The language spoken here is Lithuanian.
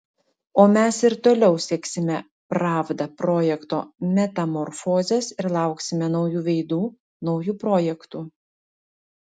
o mes ir toliau seksime pravda projekto metamorfozes ir lauksime naujų veidų naujų projektų